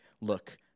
look